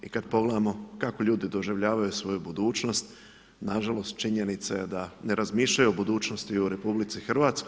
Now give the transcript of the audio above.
I kad pogledamo kako ljudi doživljavaju svoju budućnost, nažalost činjenica je da ne razmišljaju o budućnosti u RH.